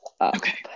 Okay